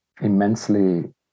immensely